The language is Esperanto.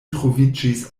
troviĝis